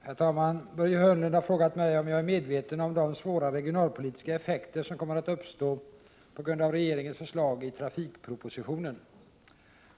Herr talman! Börje Hörnlund har frågat mig om jag är medveten om de svåra regionalpolitiska effekter som kommer att uppstå på grund av regeringens förslag i trafikpropositionen.